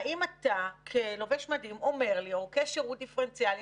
האם אתה כלובש מדים אומר לי: אורכי שירות דיפרנציאליים,